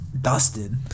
dusted